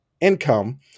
income